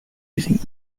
using